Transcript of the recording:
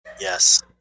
Yes